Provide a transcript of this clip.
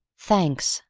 thanks!